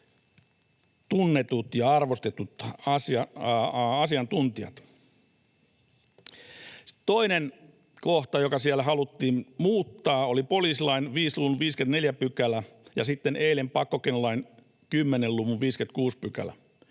tunnetut ja arvostetut asiantuntijat. Toinen kohta, joka siellä haluttiin muuttaa, oli poliisilain 5 luvun 54 § ja sitten eilen pakkokeinolain 10 luvun 56 §.